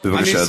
בבקשה, אדוני.